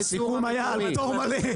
לא, הסיכום היה על פטור מלא.